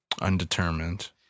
Undetermined